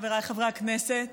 חבריי חברי הכנסת,